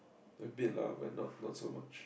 a bit lah but not not so much